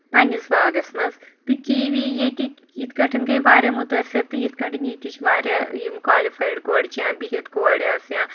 پننس باغس منٛز تہٕ کیٖوی ییٚتیکۍ یتھ کٲٹھۍ گٔے واریاہ مُتٲثر تہِ یتھ کٲٹھۍ ییٚتیچۍ واریاہ یم کالفایڈ کورِ چھِ بہتھ کورِ آسہٕ یا